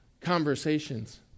conversations